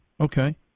Okay